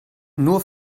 nur